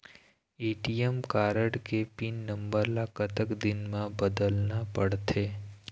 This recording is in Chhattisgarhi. ए.टी.एम कारड के पिन नंबर ला कतक दिन म बदलना पड़थे?